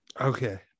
Okay